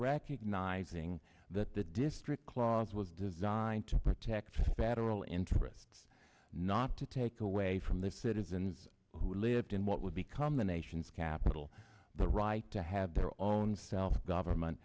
recognizing that the district clause was designed to protect federal interests not to take away from the citizens who lived in what would become the nation's capital the right to have their own self government